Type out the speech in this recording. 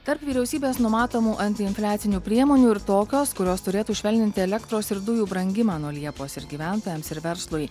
tarp vyriausybės numatomų antiinfliacinių priemonių ir tokios kurios turėtų švelninti elektros ir dujų brangimą nuo liepos ir gyventojams ir verslui